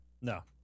no